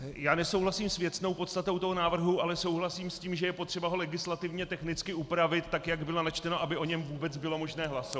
Já nesouhlasím s věcnou podstatou toho návrhu, ale souhlasím s tím, že je potřeba ho legislativně technicky upravit, tak jak bylo načteno, aby o něm vůbec bylo možné hlasovat.